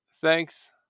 thanks